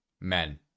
men